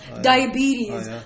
Diabetes